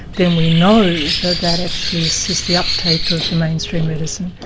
then we know that that actually assists the uptake of the mainstream medicine.